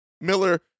Miller